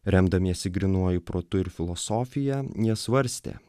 remdamiesi grynuoju protu ir filosofija jie svarstė